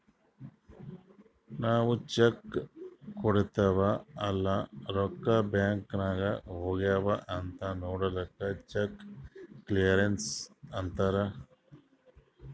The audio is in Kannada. ನಾವ್ ಚೆಕ್ ಕೊಡ್ತಿವ್ ಅಲ್ಲಾ ರೊಕ್ಕಾ ಬ್ಯಾಂಕ್ ನಾಗ್ ಹೋಗ್ಯಾವ್ ಅಂತ್ ನೊಡ್ಲಕ್ ಚೆಕ್ ಕ್ಲಿಯರೆನ್ಸ್ ಅಂತ್ತಾರ್